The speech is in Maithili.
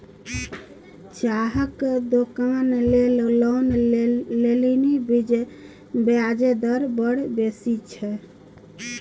चाहक दोकान लेल लोन लेलनि ब्याजे दर बड़ बेसी छै